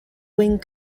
wing